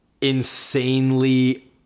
insanely